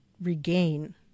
regain